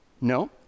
No